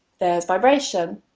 there's vibration.